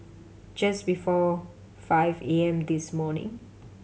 just before five A M this morning